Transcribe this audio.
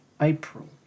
April